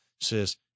says